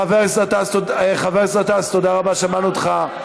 חבר הכנסת גטאס, תודה רבה, שמענו אותך.